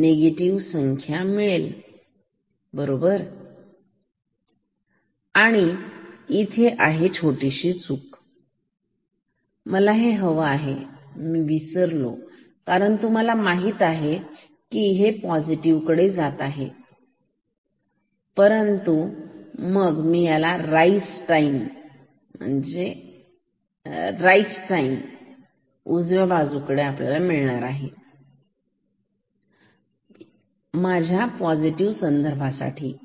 negative voltage मिळेल बरोबर आणि इथे आहे छोटी चूक केली आहे मला वजा चिन्ह हवे आहे मी विसरलो कारण तुम्हाला माहित आहे हे वोल्टेज निगेटिव्ह आहे कारण डावी बाजू पॉझिटिव्ह कडे जात आहे परंतु मी इथे राइट साइड उजवी बाजू असे म्हटले माझ्या पॉझिटिव संदर्भासाठी